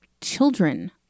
children